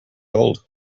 old